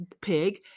pig